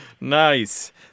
Nice